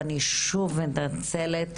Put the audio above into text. אני שוב מתנצלת,